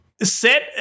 Set